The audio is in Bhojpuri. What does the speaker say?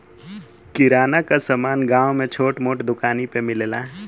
किराना क समान गांव में छोट छोट दुकानी पे मिलेला